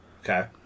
Okay